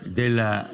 della